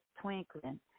twinkling